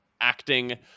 acting